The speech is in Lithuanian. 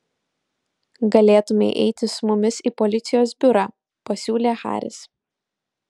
galėtumei eiti su mumis į policijos biurą pasiūlė haris